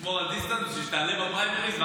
נשמור על דיסטנס כדי שתעלה בפריימריז.